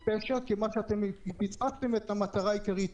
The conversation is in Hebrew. זה פשע כיוון שפספסתם את המטרה העיקרית.